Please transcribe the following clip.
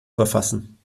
verfassen